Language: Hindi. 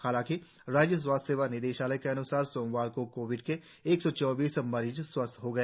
हालांकि राज्य स्वास्थ्य सेवा निदेशालय के अन्सार सोमवार को कोविड के एक सौ चौबीस मरीज स्वस्थ हो गए